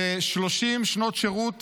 ב-30 שנות שירות